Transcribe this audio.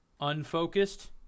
unfocused